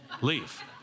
leave